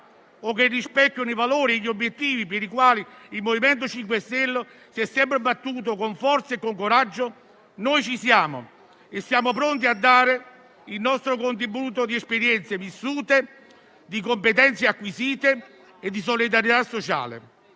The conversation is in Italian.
o che rispettano i valori e gli obiettivi per i quali il MoVimento 5 Stelle si è sempre battuto con forza e coraggio, noi ci siamo e siamo pronti a dare il nostro contributo di esperienze vissute, di competenze acquisite e di solidarietà sociale.